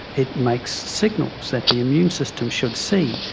it makes signals that the immune system should see.